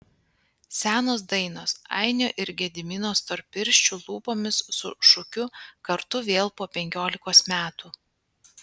senos dainos ainio ir gedimino storpirščių lūpomis su šūkiu kartu vėl po penkiolikos metų